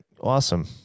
Awesome